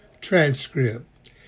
transcript